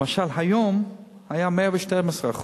למשל, היום היה 112%